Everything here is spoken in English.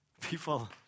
People